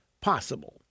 possible